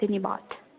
धन्यवाद